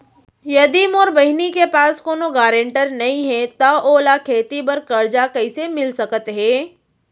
यदि मोर बहिनी के पास कोनो गरेंटेटर नई हे त ओला खेती बर कर्जा कईसे मिल सकत हे?